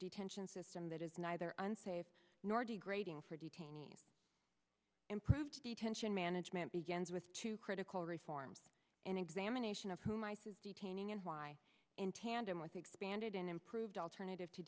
detention system that is neither unsafe nor degrading for detainees improved detention management begins with two critical reforms an examination of whom i says detaining and why in tandem with the expanded and improved alternative to